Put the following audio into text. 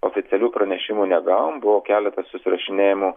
oficialių pranešimų negavom buvo keletas susirašinėjimų